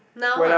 now ah